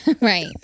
right